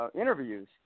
interviews